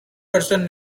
person